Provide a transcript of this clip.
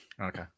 Okay